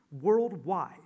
worldwide